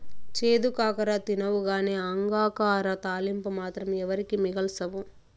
చేదు కాకర తినవుగానీ అంగాకర తాలింపు మాత్రం ఎవరికీ మిగల్సవు